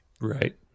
right